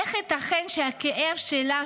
איך ייתכן שהכאב שלה,